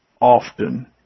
often